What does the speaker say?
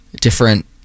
different